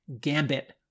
Gambit